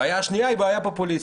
הבעיה השנייה היא בעיה פופוליסטית.